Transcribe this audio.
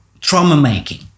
trauma-making